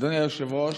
אדוני היושב-ראש,